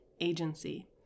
agency